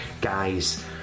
Guys